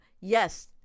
yes